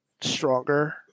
stronger